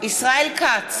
ישראל כץ,